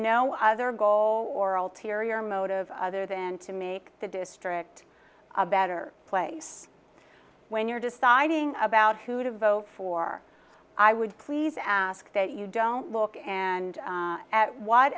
no other goal or ulterior motive other than to make the district a better place when you're deciding about who to vote for i would please ask that you don't look and at what